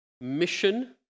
mission